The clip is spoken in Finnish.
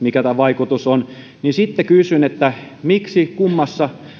mikä tämän vaikutus on sitten kysyn miksi kummassa